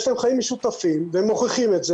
יש להם חיים משותפים והם מוכיחים את זה